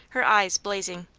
her eyes blazing.